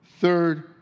third